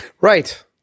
Right